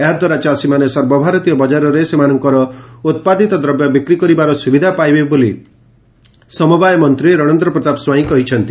ଏହା ଦ୍ୱାରା ଚାଷୀମାନେ ସର୍ବଭାରତୀୟ ବଜାରରେ ସେମାନଙ୍କ ଉତ୍ତାଦିତ ଦ୍ରବ୍ୟ ବିକ୍ରି କରିବାର ସୁବିଧା ପାଇବେ ବୋଲି ସମବାୟ ମନ୍ତୀ ରଣେନ୍ଦ୍ର ପ୍ରତାପ ସ୍ୱାଇଁ କହିଛନ୍ତି